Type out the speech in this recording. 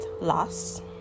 loss